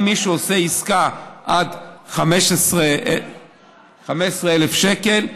אם מישהו עושה עסקה עד 15,000 שקל,